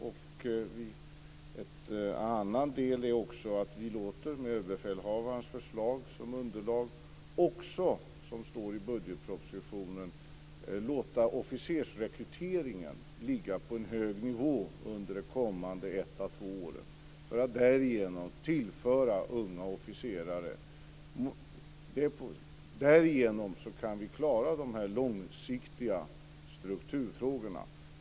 En annan del är att vi med överbefälhavarens förslag som underlag också låter, som står i budgetpropositionen, officersrekryteringen ligga på en hög nivå under de kommande ett á två åren för att därigenom tillföra unga officerare. Därigenom kan vi klara de långsiktiga strukturfrågorna.